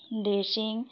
dressing